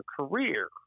career